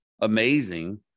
amazing